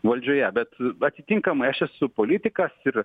valdžioje bet atitinkamai aš esu politikas ir